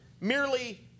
merely